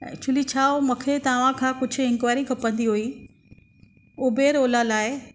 actually छा हुओ मूंखे तहां खां कुझु इन्क्वायरी खपंदी हुई उबेर ओला लाइ